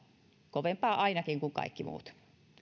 kovempaa kuin kaikki muut